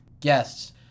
Guests